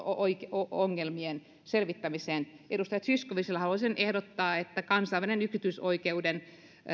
ongelmien selvittämiseen edustaja zyskowiczille haluaisin ehdottaa että kansainvälisen yksityisoikeuden